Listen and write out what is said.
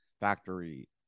factory